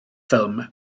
ffilm